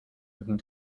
looking